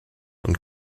und